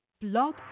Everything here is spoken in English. Blog